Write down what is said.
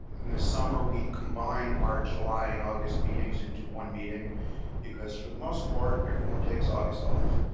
in the summer we combine our july and august meetings into one meeting because for the most part, everyone takes august off.